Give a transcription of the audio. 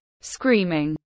Screaming